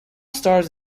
stars